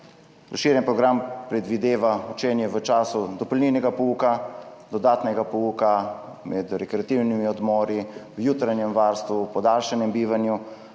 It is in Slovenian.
Razširjen program predvideva učenje v času dopolnilnega pouka, dodatnega pouka, med rekreativnimi odmori, v jutranjem varstvu, v podaljšanem bivanju.